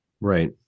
Right